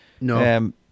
No